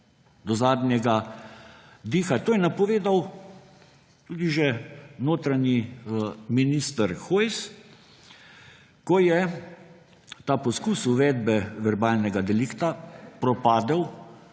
Do zadnjega diha. To je napovedal tudi že notranji minister Hojs, ko je ta poskus uvedbe verbalnega delikta propadel